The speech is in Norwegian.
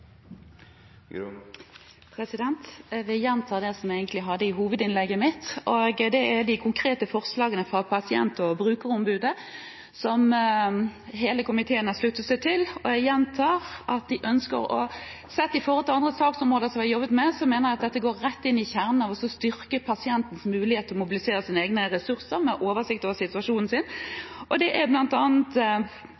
de konkrete forslagene fra pasient- og brukerombudene som hele komiteen har sluttet seg til. Sett i forhold til andre saksområder som vi har jobbet med, mener jeg dette går rett inn i kjernen av å styrke pasientens mulighet til å mobilisere sine egne ressurser med oversikt over situasjonen sin.